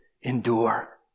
endure